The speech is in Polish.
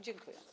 Dziękuję.